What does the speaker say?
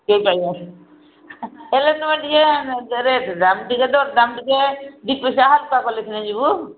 ସେ ପାଇଁ ହେଲେ ତୁମେ ଟିକିଏ ରେଟ୍ ଦାମ ଟିକିଏ ଦର ଦାମ ଟିକିଏ ଦୁଇ ପଇସା ହାଲୁକା କଲେ ସିନା ଯିବୁ